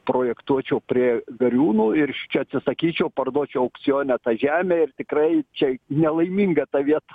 projektuočiau prie gariūnų ir šičia atsisakyčiau parduočiau aukcione tą žemę ir tikrai čia nelaiminga ta vieta